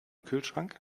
kühlschrank